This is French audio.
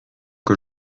que